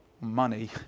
money